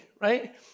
right